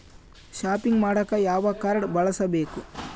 Shopping ಮಾಡಾಕ ಯಾವ card ಬಳಸಬೇಕು?